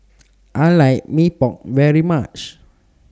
I like Mee Pok very much